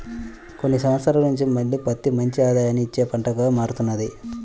కొన్ని సంవత్సరాల నుంచి మళ్ళీ పత్తి మంచి ఆదాయాన్ని ఇచ్చే పంటగా మారుతున్నది